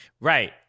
Right